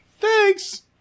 Thanks